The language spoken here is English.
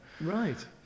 right